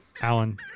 Alan